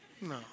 No